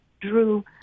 drew